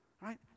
right